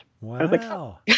Wow